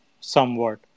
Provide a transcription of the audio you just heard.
somewhat